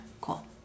Cool